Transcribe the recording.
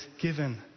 given